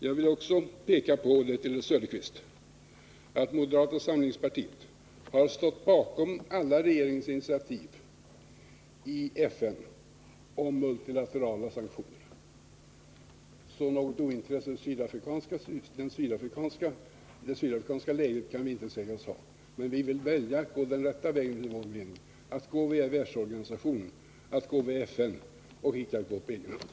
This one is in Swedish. För herr Söderqvist vill jag peka på att moderata samlingspartiet har stått bakom alla regeringens initiativ i FN i fråga om multilaterala sanktioner. Något ointresse för det sydafrikanska läget kan vi alltså inte sägas ha, men vi vill välja att gå den enligt vår mening rätta vägen, nämligen att gå via världsorganisationen, via FN, och icke på egen hand.